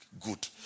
good